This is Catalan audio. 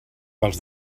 pels